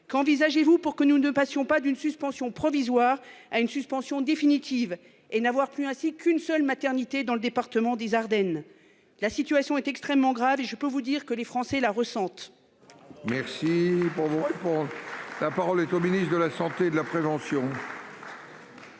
Qu'envisagez-vous pour que nous ne passions pas d'une suspension provisoire à une suspension définitive et n'avoir plus ainsi qu'une seule maternité dans le département des Ardennes. La situation est extrêmement grave et je peux vous dire que les Français la ressentent. Merci pour moi et pour la parole est au ministre de la Santé de la prévention.